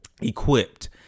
equipped